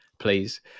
please